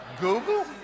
Google